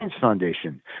Foundation